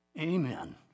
Amen